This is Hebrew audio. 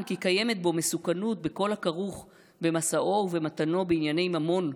כי קיימת בו מסוכנות בכל הכרוך במשאו ובמתנו בענייני ממון,